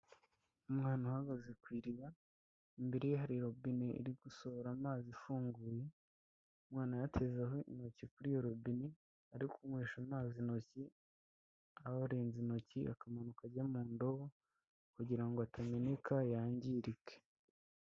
Umwana uhagaze ku iriba imbere ye hari robine iri gusohora amazi ifunguye, umwana yatezeho intoki kuri iyo robine ari kunywesha amazi intoki arenze intoki akamanuka ajya mu ndobo kugira ngo atameneka yangirike.